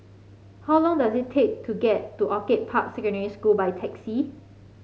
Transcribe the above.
how long does it take to get to Orchid Park Secondary School by taxi